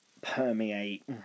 permeate